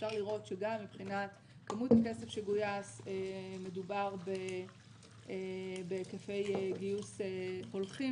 אפשר לראות שגם מבחינת כמות הכסף שגויס מדובר בהיקפי גיוס הולכים